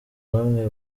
bamwe